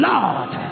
Lord